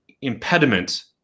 impediment